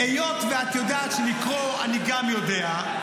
היות שאת יודעת שלקרוא אני גם יודע,